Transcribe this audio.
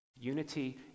Unity